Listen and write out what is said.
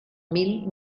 mil